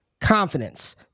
confidence